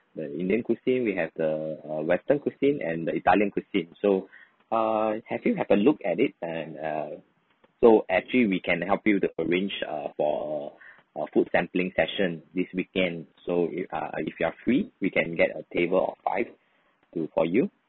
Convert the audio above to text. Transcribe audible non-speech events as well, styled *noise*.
the indian cuisine we have the uh western cuisine and the italian cuisine so uh have you have a look at it and uh so actually we can help you to arrange uh for a *breath* a food sampling session this weekend so it ah if you are free we can get a table of five to for you